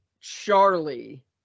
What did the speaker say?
charlie